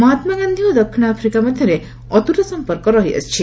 ମହାତ୍ମା ଗାନ୍ଧୀ ଓ ଦକ୍ଷିଣ ଆଫ୍ରିକା ମଧ୍ୟରେ ଅତୁଟ ସଂପର୍କ ରହିଆସିଛି